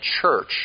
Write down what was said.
church